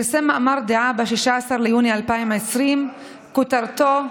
שפרסם מאמר דעה ב-16 ביוני 2020. כותרתו: